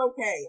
okay